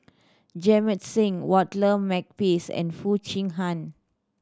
Jamit Singh Walter Makepeace and Foo Chee Han